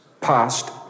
past